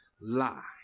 lie